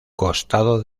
costado